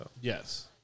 Yes